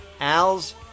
al's